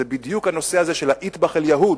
זה בדיוק הנושא הזה של ה"אטבח אל-יהוד"